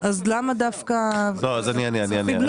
אז למה דווקא ועדת הכספים?